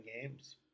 games